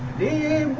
the